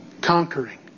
conquering